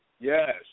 Yes